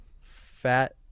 fat